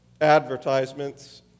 advertisements